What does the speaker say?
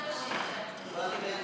העיסוק במקצועות הבריאות (תיקון,